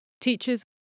Teachers